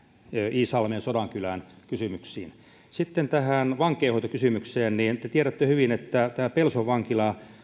iisalmen ja sodankylän kysymyksiin sitten tähän vankeinhoitokysymykseen te tiedätte hyvin että pelson vankilan